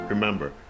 Remember